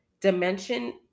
dimension